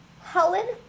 Helen